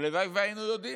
הלוואי שהיינו יודעים,